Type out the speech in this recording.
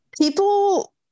people